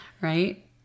Right